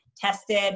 Tested